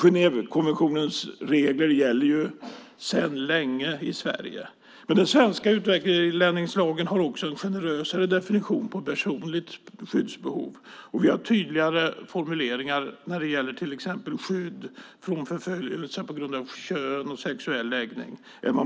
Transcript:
Genèvekonventionens regler gäller sedan länge i Sverige. Den svenska utlänningslagen har också en generösare definition av personligt skyddsbehov. Vi har tydligare formuleringar än många andra länder när det gäller till exempel skydd mot förföljelse på grund av kön och sexuell läggning.